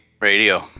radio